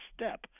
step